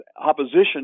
opposition